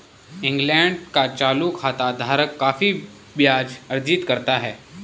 England का चालू खाता धारक काफी ब्याज अर्जित करता है